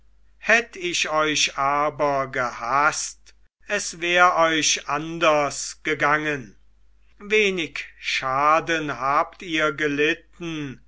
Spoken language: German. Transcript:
hätt ich euch aber gehaßt es wär euch anders gegangen wenig schaden habt ihr gelitten